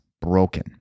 broken